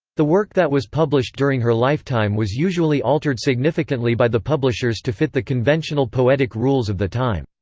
the work that was published published during her lifetime was usually altered significantly by the publishers to fit the conventional poetic rules of the time.